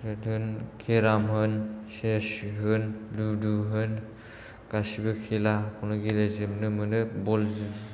cricket होन carrom होन chess होन लुदु होन गासिबो खेलाखौनो गेलेजोबनो मोनो बल